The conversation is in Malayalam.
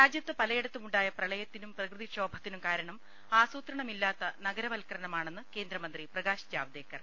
രാജൃത്ത് പലയിടത്തുമുണ്ടായ പ്രളയത്തിനും പ്രകൃതിക്ഷോ ഭത്തിനും കാരണം ആസൂത്രണമില്ലാ്ത്ത് ന്ഗരവൽക്കരണ മാണെന്ന് കേന്ദ്രമന്ത്രി പ്രകാശ് ജാവ്ദേക്കർ